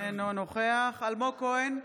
אינו נוכח אלמוג כהן,